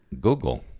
Google